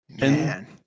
Man